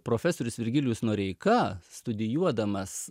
profesorius virgilijus noreika studijuodamas